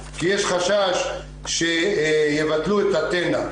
כי יש חשש שיבטלו את "אתנה".